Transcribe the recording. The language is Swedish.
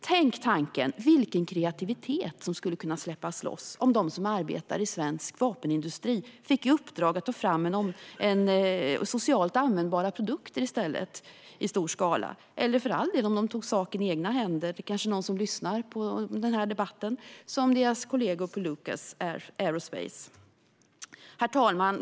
Tänk tanken vilken kreativitet som skulle kunna släppas loss om de som arbetar i svensk vapenindustri i stället fick i uppdrag att ta fram socialt användbara produkter i stor skala, eller för den delen om de tog saken i egna händer, som deras kollegor på Lucas Aerospace! Kanske är det någon av dem som lyssnar på den här debatten. Herr talman!